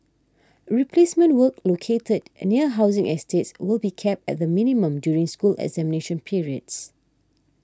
replacement work located near housing estates will be kept at the minimum during school examination periods